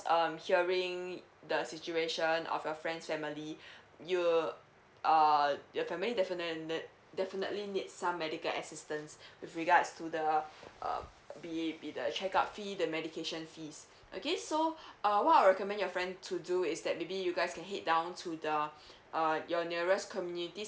um hearing the situation of your friend's family you'll err your family definite nerd definitely need some medical assistance with regards to the uh be it be the check up fee the medication fees okay so uh what I'll recommend your friend to do is that maybe you guys can head down to the uh your nearest community